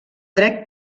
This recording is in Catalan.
dret